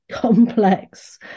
complex